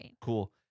cool